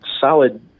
solid